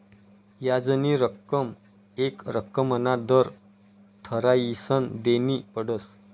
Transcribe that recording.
याजनी रक्कम येक रक्कमना दर ठरायीसन देनी पडस